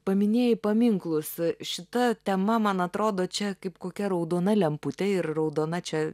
paminėjai paminklus šita tema man atrodo čia kaip kokia raudona lemputė ir raudona čia